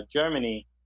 Germany